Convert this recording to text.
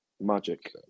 magic